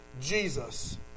Jesus